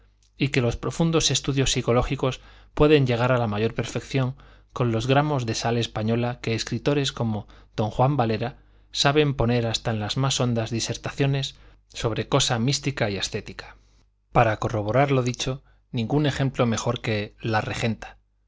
y que los profundos estudios psicológicos pueden llegar a la mayor perfección con los granos de sal española que escritores como d juan valera saben poner hasta en las más hondas disertaciones sobre cosa mística y ascética para corroborar lo dicho ningún ejemplo mejor que la regenta